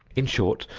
in short,